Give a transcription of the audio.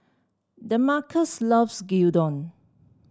Demarcus loves Gyudon